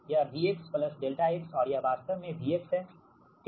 यह V x ∆x और यह वास्तव में V है ठीक